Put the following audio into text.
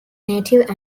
native